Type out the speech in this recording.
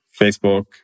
Facebook